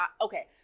okay